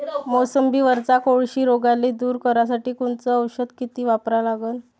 मोसंबीवरच्या कोळशी रोगाले दूर करासाठी कोनचं औषध किती वापरा लागन?